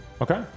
Okay